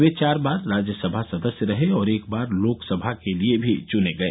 वे चार बार राज्यसभा सदस्य रहे और एक बार लोकसभा के लिए भी चुने गए